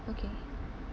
okay